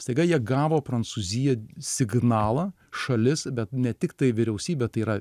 staiga jie gavo prancūzija signalą šalis bet ne tiktai vyriausybė tai yra